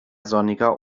sonniger